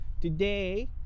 Today